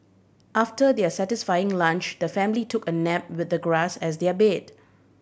after their satisfying lunch the family took a nap with the grass as their bed